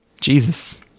Jesus